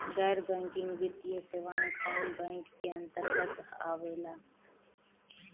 गैर बैंकिंग वित्तीय सेवाएं कोने बैंक के अन्तरगत आवेअला?